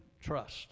trust